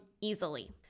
easily